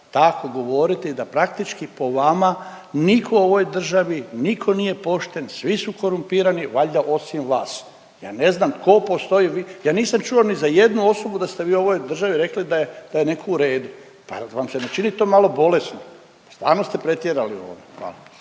tako govoriti da praktički po vama nitko u ovoj državi, nitko nije pošten svi su korumpirani valjda osim vas. Ja ne znam tko postoji vi… ja nisam čuo ni za jednu osobu da ste vi u ovoj državi rekli da je, da je neko u redu, pa jel vam se ne čini to malo bolesno, stvarno ste pretjerali u